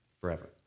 forever